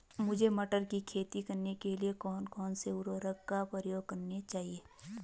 मुझे मटर की खेती करने के लिए कौन कौन से उर्वरक का प्रयोग करने चाहिए?